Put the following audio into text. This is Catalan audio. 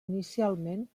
inicialment